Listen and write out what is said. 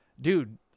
dude